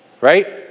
Right